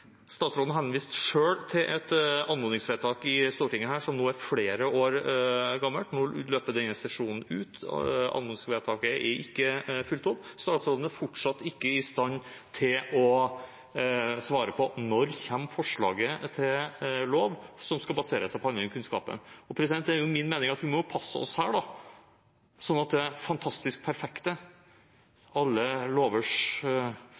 i Stortinget selv til et anmodningsvedtak som nå er flere år gammelt. Nå løper denne sesjonen ut, anmodningsvedtaket er ikke fulgt opp, og statsråden er fortsatt ikke i stand til å svare på når forslaget til lov kommer, som skal basere seg på den nye kunnskapen. Det er min mening at vi må passe oss slik at det fantastisk perfekte – alle lovers